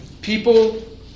people